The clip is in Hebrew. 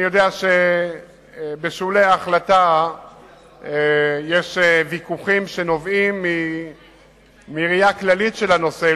אני יודע שבשולי ההחלטה יש ויכוחים שנובעים מראייה כללית של הנושא,